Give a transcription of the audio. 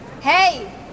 Hey